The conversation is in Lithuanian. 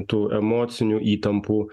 tų emocinių įtampų